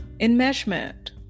Enmeshment